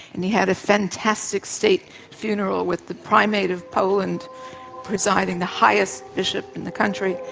and he had a fantastic state funeral with the primate of poland presiding, the highest bishop in the country,